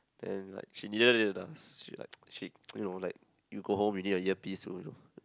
then like she needed it ah she like she you know like you go home you need a earpiece to